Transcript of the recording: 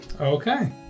Okay